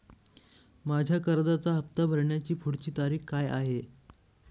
माझ्या कर्जाचा हफ्ता भरण्याची पुढची तारीख काय आहे?